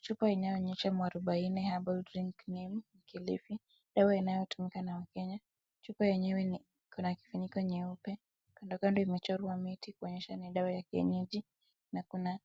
Chupa inayoonyesha Muarubaini Herbal Drink Neem Mkilifi . Dawa inayotumika na Mkenya. Chupa yenywe kuna funiko nyeupe kando kando imechorwa miti kuonyesha ni dawa ya kienyeji na kuna na